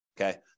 okay